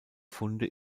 funde